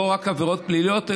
לא רק בעבירות פליליות,